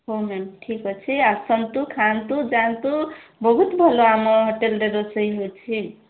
ହେଉ ମ୍ୟାମ୍ ଠିକ ଅଛି ଆସନ୍ତୁ ଖାଆନ୍ତୁ ଯାଆନ୍ତୁ ବହୁତ ଭଲ ଆମ ହୋଟେଲରେ ରୋଷେଇ ହେଉଛି